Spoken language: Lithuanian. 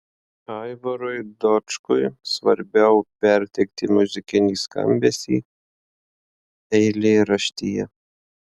aivarui dočkui svarbiau perteikti muzikinį skambesį eilėraštyje